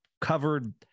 covered